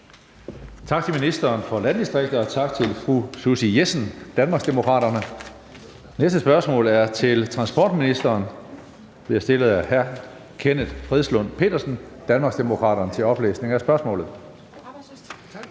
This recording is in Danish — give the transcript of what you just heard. Tak til ministeren for landdistrikter, og tak til fru Susie Jessen, Danmarksdemokraterne. Næste spørgsmål er til transportministeren, og det bliver stillet af hr. Kenneth Fredslund Petersen, Danmarksdemokraterne. Kl. 15:04 Spm.